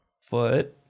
Foot